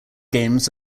games